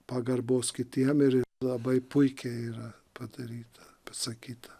pagarbos kitiems ir labai puikiai yra padaryta pasakyta